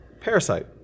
Parasite